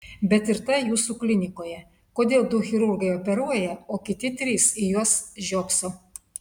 bet ir tai jūsų klinikoje kodėl du chirurgai operuoja o kiti trys į juos žiopso